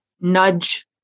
nudge